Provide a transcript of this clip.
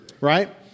right